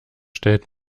stellt